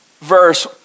verse